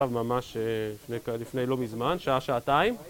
‫עכשיו ממש לפני לא מזמן, ‫שעה, שעתיים.